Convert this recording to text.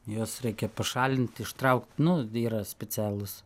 juos reikia pašalinti ištraukt nu yra specialūs